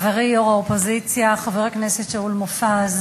חברי יושב-ראש האופוזיציה, חבר הכנסת שאול מופז,